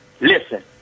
Listen